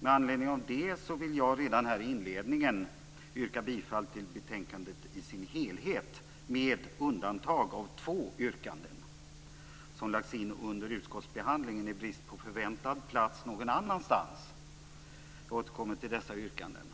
Med anledning av det vill jag redan här i inledningen yrka bifall till hemställan i betänkandet med undantag för två yrkanden, som har lagts in under utskottsbehandlingen i brist på förväntad plats någon annanstans. Jag återkommer till dessa yrkanden.